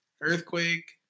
earthquake